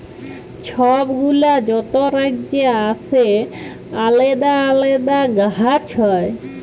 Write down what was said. ছব গুলা যত রাজ্যে আসে আলেদা আলেদা গাহাচ হ্যয়